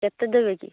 କେତେ ଦେବେକି